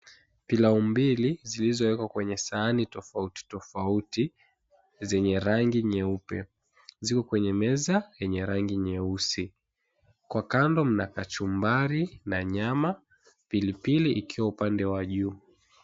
Pilau mbili zilizowekwa kwenye sahani tofauti tofauti zenye rangi nyeupe ziko kwenye meza yenye rangi nyeusi. Kwa kando mna kachumbari na nyama, pilipili ikiwa upande wa juu.